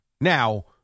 Now